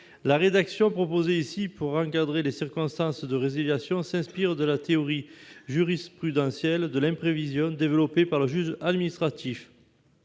La rédaction proposée ici pour encadrer les circonstances de résiliation s'inspire de la théorie jurisprudentielle de l'imprévision développée par le juge administratif.